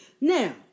Now